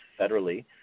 federally